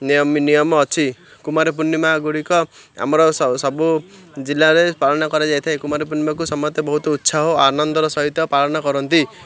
ନିୟମ ନିୟମ ଅଛି କୁମାର ପୂର୍ଣ୍ଣିମା ଗୁଡ଼ିକ ଆମର ସବୁ ଜିଲ୍ଲାରେ ପାଳନ କରାଯାଇଥାଏ କୁମାର ପୂର୍ଣ୍ଣିମାକୁ ସମସ୍ତେ ବହୁତ ଉତ୍ସହ ଓ ଆନନ୍ଦର ସହିତ ପାଳନ କରନ୍ତି